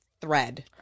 thread